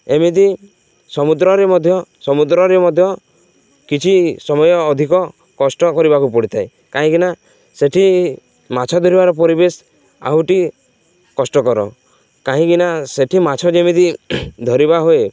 ଏମିତି ସମୁଦ୍ରରେ ମଧ୍ୟ ସମୁଦ୍ରରେ ମଧ୍ୟ କିଛି ସମୟ ଅଧିକ କଷ୍ଟ କରିବାକୁ ପଡ଼ିଥାଏ କାହିଁକିନା ସେଇଠି ମାଛ ଧରିବାର ପରିବେଶ ଆହୁରି କଷ୍ଟକର କାହିଁକିନା ସେଇଠି ମାଛ ଯେମିତି ଧରିବା ହୁଏ